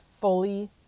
fully